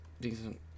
decent